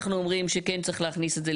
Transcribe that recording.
אנחנו אומרים שכן צריך להכניס את זה,